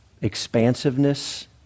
expansiveness